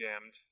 damned